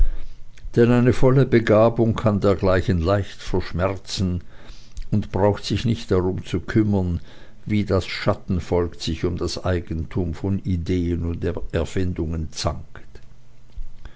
denn eine volle begabung kann dergleichen leicht verschmerzen und braucht sich nicht darum zu kümmern wie das schattenvolk sich um das eigentum von ideen und erfindungen zankt